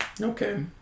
Okay